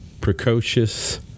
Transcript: precocious